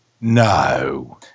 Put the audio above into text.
no